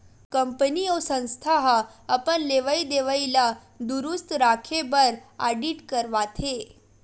company अउ संस्था ह अपन लेवई देवई ल दुरूस्त राखे बर आडिट करवाथे